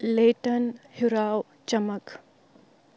لیٹَن ہُراو چمک